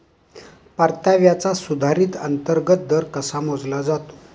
परताव्याचा सुधारित अंतर्गत दर कसा मोजला जातो?